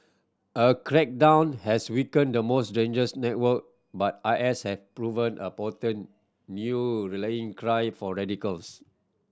a crackdown has weakened the most dangerous network but I S has proven a potent new rallying cry for radicals